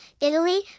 Italy